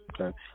Okay